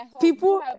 People